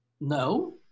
No